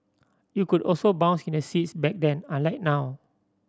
you could also bounce in the seats back then unlike now